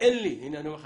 אני מאוד מקווה